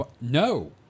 No